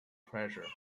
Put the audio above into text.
pressure